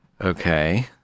Okay